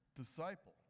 disciple